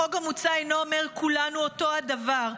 החוק המוצע אינו אומר: כולנו אותו הדבר,